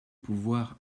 pouvoir